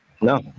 No